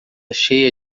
cheia